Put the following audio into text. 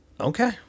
Okay